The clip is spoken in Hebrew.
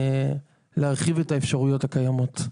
מנת להרחיב את מגוון האפשרויות הקיימות.